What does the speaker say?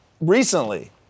recently